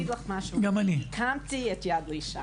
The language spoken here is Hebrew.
אני רוצה להגיד לך משהו, אני הקמתי את יד לאישה.